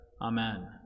Amen